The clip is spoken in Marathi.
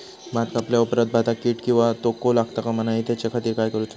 भात कापल्या ऑप्रात भाताक कीड किंवा तोको लगता काम नाय त्याच्या खाती काय करुचा?